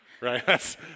right